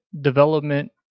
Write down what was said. development